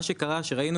מה שקרה שראינו